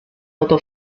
auto